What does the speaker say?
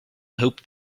hoped